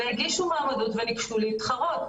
הגישו מועמדות וביקשו להתחרות.